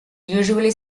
usually